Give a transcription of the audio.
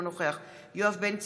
אינו נוכח יואב בן צור,